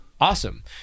Awesome